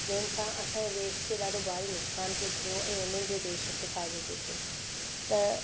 जंहिंसां असांजे देश खे ॾाढो भारी नुकसानु पियो थियो ऐं हुननि जे देश खे फ़ाइदो पियो थियो त